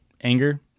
anger